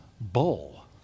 bull